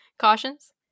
cautions